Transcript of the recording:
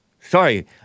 Sorry